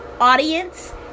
audience